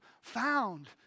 found